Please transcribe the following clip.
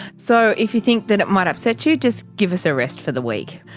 so if you think that might upset you, just give us a rest for the week.